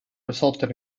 resulted